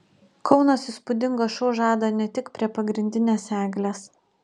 kaunas įspūdingą šou žada ne tik prie pagrindinės eglės